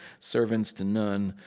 servants to none,